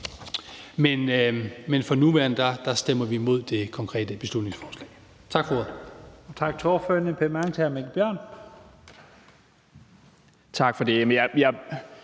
men for nuværende stemmer vi imod det konkrete beslutningsforslag. Tak for ordet.